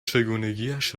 چگونگیاش